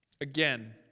Again